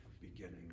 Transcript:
beginning